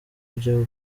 byo